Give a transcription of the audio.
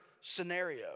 scenario